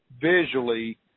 visually